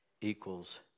equals